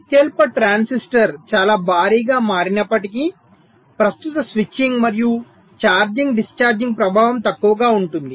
అత్యల్ప ట్రాన్సిస్టర్ చాలా భారీగా మారినప్పటికీ ప్రస్తుత స్విచ్చింగ్ మరియు ఛార్జింగ్ డిశ్చార్జింగ్ ప్రభావం తక్కువగా ఉంటుంది